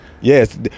Yes